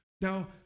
Now